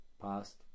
past